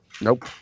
Nope